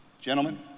Gentlemen